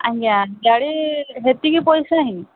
ଆଜ୍ଞା ଗାଡ଼ି ସେତିକି ପଇସା ହିଁ